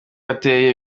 ateye